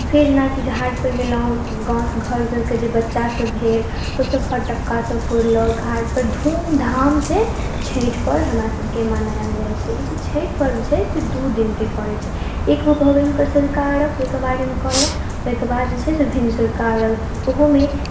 फेर जेनाकि घाटपर गेलहुँ गाम घर आओरके जे बच्चासभ भेल ओसभ फटक्कासभ फोड़लक घाटपर धूम धामसँ छठि पर्व हमरासभके मनाओल जाइत छै ई जे छठि पर्व छै से दू दिनके पड़ैत छै एगो भऽ गेल हुनकर सँझुका अर्घ्य तहिके बारेमे कहलहुँ ओहिके बाद जे छै से भिनसरका अर्घ्य ओहोमे